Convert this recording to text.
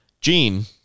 Gene